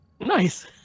Nice